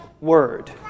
word